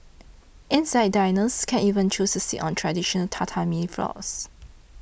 inside diners can even choose to sit on traditional Tatami floors